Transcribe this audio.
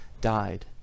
died